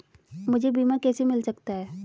मुझे बीमा कैसे मिल सकता है?